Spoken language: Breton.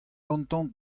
gantañ